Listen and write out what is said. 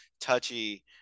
touchy